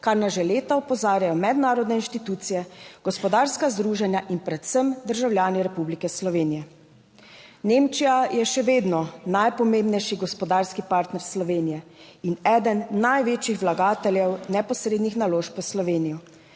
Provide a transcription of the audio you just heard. kar nas že leta opozarjajo mednarodne inštitucije, gospodarska združenja in predvsem državljani Republike Slovenije. Nemčija je še vedno najpomembnejši gospodarski partner Slovenije in eden največjih vlagateljev neposrednih naložb v Slovenijo.